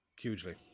hugely